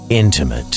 intimate